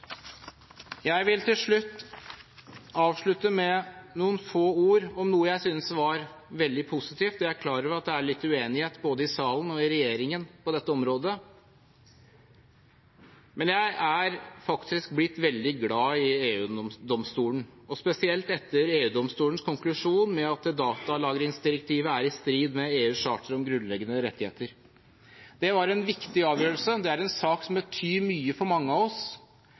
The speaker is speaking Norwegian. Jeg vil avslutte med noen få ord om noe jeg synes var veldig positivt. Jeg er klar over at det er litt uenighet både i salen og i regjeringen på dette området, men jeg er faktisk blitt veldig glad i EU-domstolen, spesielt etter EU-domstolens konklusjon om at datalagringsdirektivet er i strid med EUs charter om grunnleggende rettigheter. Det var en viktig avgjørelse. Det er en sak som betyr mye for mange av oss.